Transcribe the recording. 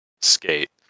skate